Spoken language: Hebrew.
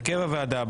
הרכב הוועדה.